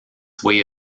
way